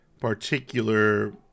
particular